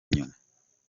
inyuma